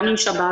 גם עם שב"ס,